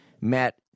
Matt